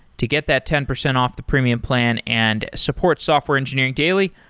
to get that ten percent off the premium plan and support software engineering daily,